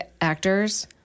actors –